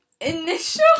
Initial